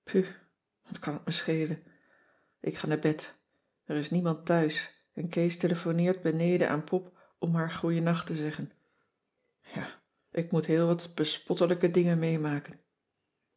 wat kan t me schelen ik ga naar bed er is niemand thuis en kees telefoneert beneden aan pop om haar goeienacht te zeggen ja ik moet heel wat bespottelijke dingen meemaken